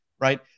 right